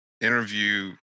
interview